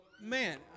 Man